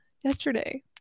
yesterday